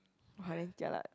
what if they're like